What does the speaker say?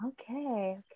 okay